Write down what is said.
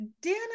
Dana